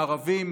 ערבים